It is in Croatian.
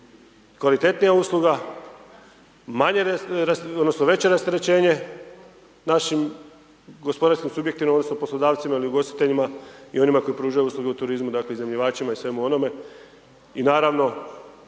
kvalitetnija usluga, manje odnosno veće rasterećenje našim gospodarskim subjektima odnosno poslodavcima ili ugostiteljima, i onima koji pružaju usluge u turizmu, dakle iznajmljivačima i svemu onome,